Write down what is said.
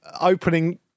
opening